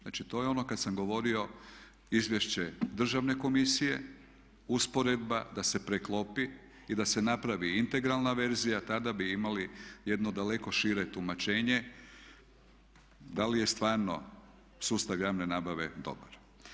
Znači to je ono kada sam govorio izvješće državne komisije, usporedba da se preklopi i da se napravi integralna verzija, tada bi imali jedno daleko šire tumačenje da li je stvarno sustav javne nabave dobar.